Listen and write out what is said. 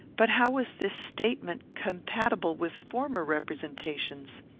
but how was this statement compatible with former representations?